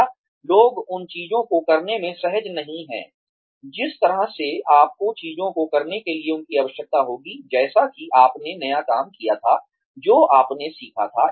या लोग उन चीजों को करने में सहज नहीं हैं जिस तरह से आपको चीजों को करने के लिए उनकी आवश्यकता होगी जैसा कि आपने नया काम किया था जो आपने सीखा था